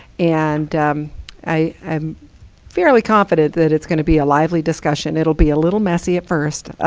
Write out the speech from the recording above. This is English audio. and i'm fairly confident that it's going to be a lively discussion. it'll be a little messy at first.